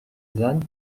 van